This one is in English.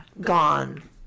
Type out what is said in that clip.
gone